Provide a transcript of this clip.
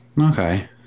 okay